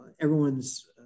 everyone's